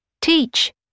Teach